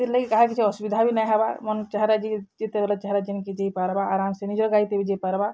ସେଥିର୍ଲାଗି କାହାର୍ କିଛି ଅସୁବିଧା ବି ନାଇଁ ହେବା ମନ୍ ଚାହେଲେ ଯେତେବେଲେ ଚାହେଲେ ଯେନ୍କେ ଯାଇପାର୍ବା ଆରାମ୍ସେ ନିଜର୍ ଗାଡ଼ିଥି ବି ଯାଇପାର୍ବା